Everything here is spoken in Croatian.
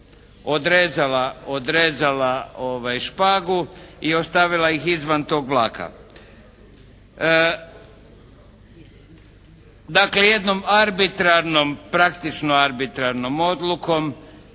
odrezala špagu i ostavila ih izvan tog vlaka. Dakle jednom arbitrarnom, praktično arbitrarnom odlukom